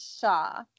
Shaw